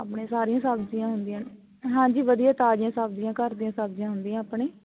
ਆਪਣੇ ਸਾਰੀਆਂ ਸਬਜ਼ੀਆਂ ਹੁੰਦੀਆਂ ਨੇ ਹਾਂਜੀ ਵਧੀਆ ਤਾਜ਼ੀਆਂ ਸਬਜ਼ੀਆਂ ਘਰ ਦੀਆਂ ਸਬਜ਼ੀਆਂ ਹੁੰਦੀਆਂ ਆਪਣੇ